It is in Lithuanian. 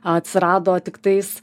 atsirado tiktais